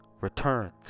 returns